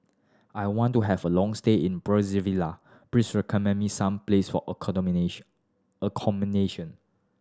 I want to have a long stay in Brazzaville please recommend me some places for accommodation